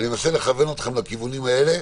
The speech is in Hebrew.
אני מנסה לכוון אתכם לכיוונים האלה,